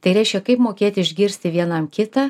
tai reiškia kaip mokėti išgirsti vienam kitą